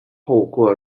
透过